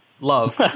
love